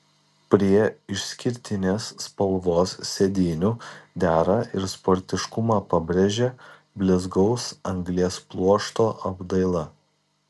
prie išskirtinės spalvos sėdynių dera ir sportiškumą pabrėžia blizgaus anglies pluošto apdaila